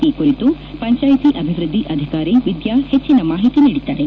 ಈ ಕುರಿತು ಪಂಚಾಯಿತಿ ಅಭಿವೃದ್ದಿ ಅಧಿಕಾರಿ ವಿದ್ಯಾ ಹೆಚ್ಚಿನ ಮಾಹಿತಿ ನೀಡಿದ್ದಾರೆ